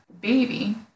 baby